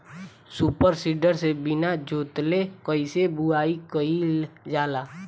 Super seeder से बीना जोतले कईसे बुआई कयिल जाला?